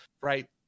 right